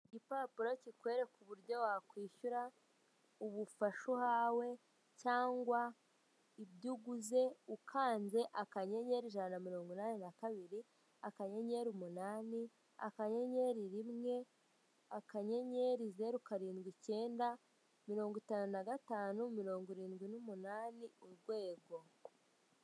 Igipapuro kikwereka uburyo wakwishyura ubufasha uhawe cyangwa ibyuguze ukanze akanyenyeri, ijyana na mirongo inani na kabiri, akanyenyeri, uminani, akanyenyeri, rimwe ,akanyenyeri, zeru, karindwi, cyenda, mirongo itanu na gatanu, mirongo irindwi n'umunani urwego.